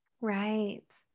Right